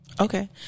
Okay